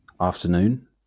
afternoon